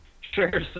Sure